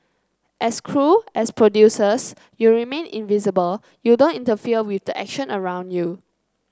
as crew as producers you remain invisible you don't interfere with the action around you